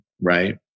right